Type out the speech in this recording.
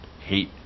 hate